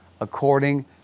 according